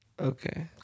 Okay